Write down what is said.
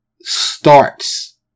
starts